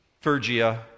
Phrygia